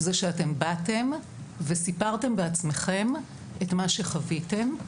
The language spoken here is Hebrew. שאתם באתם וסיפרתם בעצמכם את מה שחוויתם,